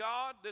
God